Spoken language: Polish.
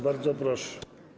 Bardzo proszę.